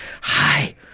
Hi